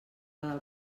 del